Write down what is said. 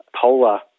polar